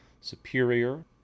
superior